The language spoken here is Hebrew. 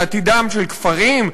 לעתידם של כפרים,